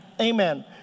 Amen